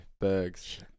Bergs